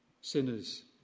sinners